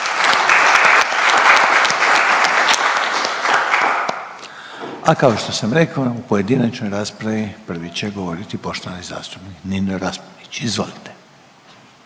A kao što sam rekao u pojedinačnoj raspravi prvi će govoriti poštovani zastupnik Nino Raspudić. Izvolite.